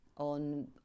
on